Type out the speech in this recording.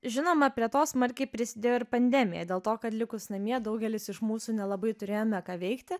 žinoma prie to smarkiai prisidėjo ir pandemija dėl to kad likus namie daugelis iš mūsų nelabai turėjome ką veikti